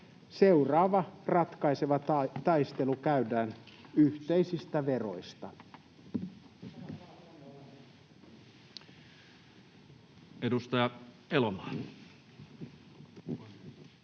Seuraava ratkaiseva taistelu käydään yhteisistä veroista.